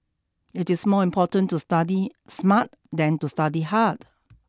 it is more important to study smart than to study hard